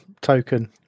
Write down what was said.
token